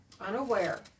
Unaware